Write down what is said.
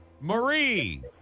Marie